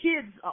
kids